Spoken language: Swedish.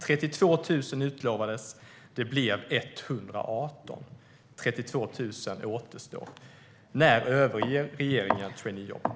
32 000 jobb utlovades. Det blev 118. Nästan 32 000 återstår. När överger regeringen traineejobben?